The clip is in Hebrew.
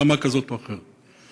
ברמה כזאת או אחרת.